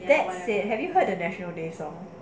that say have you heard the national day song